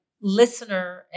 listener